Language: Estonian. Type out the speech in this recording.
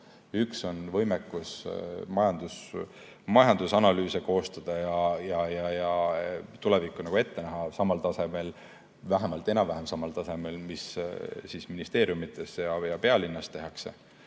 neist on võimekus majandusanalüüse koostada ja tulevikku ette näha vähemalt enam-vähem samal tasemel, mis ministeeriumides ja pealinnas tehakse,